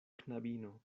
knabino